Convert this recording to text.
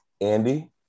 andy